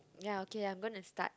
ya okay I'm going to start